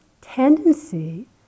tendency